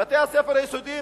בבתי-הספר היסודיים